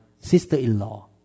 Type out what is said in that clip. sister-in-law